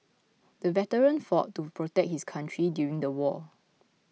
the veteran fought to protect his country during the war